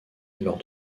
lors